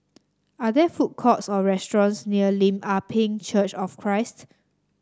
are there food courts or restaurants near Lim Ah Pin Church of Christ